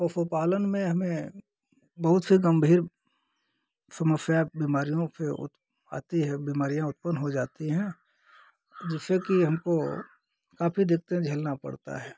पशु पालन में हमें बहुत सी गम्भीर समस्या बीमारियों से आती है बीमारियाँ उत्पन्न हो जाती हैं जिससे कि हमको काफ़ी दिक्कतें झेलनी पड़ती हैं